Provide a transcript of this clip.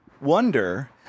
wonder